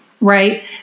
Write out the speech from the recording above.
right